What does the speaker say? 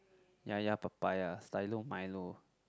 ya ya papaya stylo milo